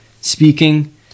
Speaking